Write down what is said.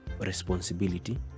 responsibility